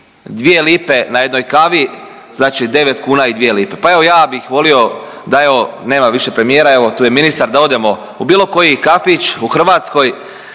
biti 2 lipe na jednoj kavi znači 9 kuna i 2 lipe. Pa evo ja bih volio da evo nema više premijera, evo tu je ministar da odemo u bilo koji kafić u Hrvatskoj